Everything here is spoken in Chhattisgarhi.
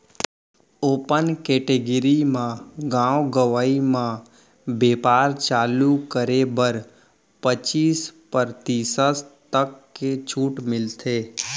ओपन केटेगरी म गाँव गंवई म बेपार चालू करे बर पचीस परतिसत तक के छूट मिलथे